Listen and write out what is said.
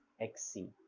XC